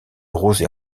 rozay